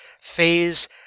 phase